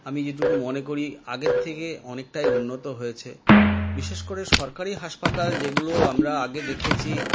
আমি যেটুকু মনে করি আগের থেকে অনেকটাই উন্নত হয়েছে বিশেষ করে সরকারি হাসপাতাল যেগুলো আমরা আগে দেখেছি